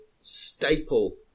staple